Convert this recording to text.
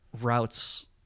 routes